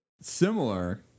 similar